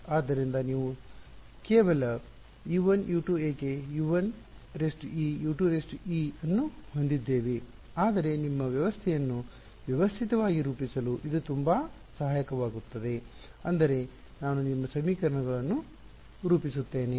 ಆದ್ದರಿಂದ ನಾವು ನೀವು ಕೇವಲ U1 U2 ಏಕೆ ಈ U1e U2e ಅನ್ನು ಹೊಂದಿದ್ದೇವೆ ಆದರೆ ನಿಮ್ಮ ವ್ಯವಸ್ಥೆಯನ್ನು ವ್ಯವಸ್ಥಿತವಾಗಿ ರೂಪಿಸಲು ಇದು ತುಂಬಾ ಸಹಾಯಕವಾಗುತ್ತದೆ ಅಂದರೆ ನಾನು ನಿಮ್ಮ ಸಮೀಕರಣಗಳನ್ನು ರೂಪಿಸುತ್ತೇನೆ